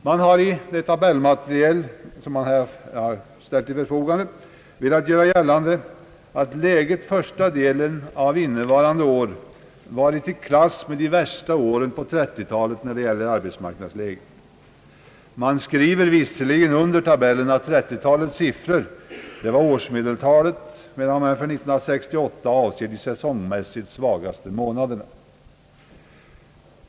Man har i det tabellmaterial som ställts till förfogande velat göra gällande att arbetsmarknadsläget under första delen av innevarande år varit i klass med de värsta åren på 1930-talet. Man skriver visserligen under tabellen att 1930-talets siffror avser årsmedeltalet, medan 1968 års siffror avser de säsongmässigt svagaste månaderna.